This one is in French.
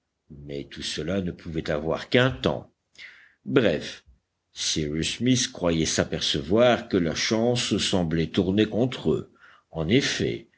mais tout cela ne pouvait avoir qu'un temps bref cyrus smith croyait s'apercevoir que la chance semblait tourner contre eux en effet